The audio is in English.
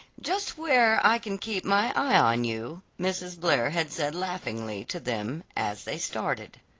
just where i can keep my eye on you, mrs. blair had said laughingly to them as they started.